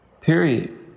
Period